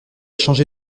changé